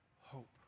hope